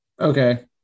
Okay